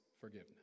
forgiveness